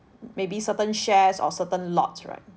maybe certain shares or certain lots right